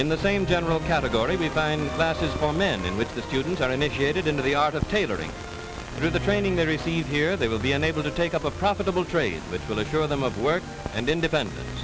in the same general category be fine classes for men in which the students are initiated into the art of tailoring through the training they receive here they will be unable to take up a profitable trades which will to grow them of work and independen